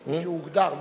"שהוגדר",